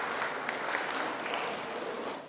Hvala.